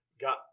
Got